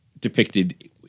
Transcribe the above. depicted